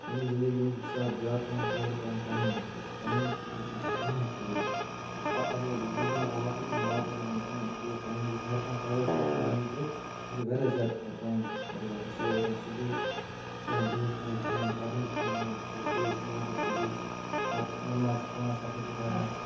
پنٕنہِ زِنٛدگی منٛز چھُس بہٕ زیادٕ زیادٕ پَہَن قدٕر کَران ٹایمَس یُس ٹایم چھُ یہِ چھُ یہِ چھِ اہم چیٖز اَکہِ لَٹہِ گُذرا ہوا وقت چھُ نہٕ واپَس یِوان کِہیٖنٛۍ اِسلیے ٹایمَس گَژھِ ہر کانٛہہ قدٕر کَرُن میٛٲنۍ پٲٹھۍ بہٕ چھُس واریاہ زیادٕ ٹایمکِس قدر کَران بہٕ چھُس صُبحٲے وۅتھان سُلی کَران دۄہَس پَنٕنۍ کٲم پَرنٕچ کٲم پَتہٕ ژیٖرۍ شۄنٛگان تہِ سُلی پَتہٕ نٮ۪ماز تہِ پانٛژھ وقت تہِ پَران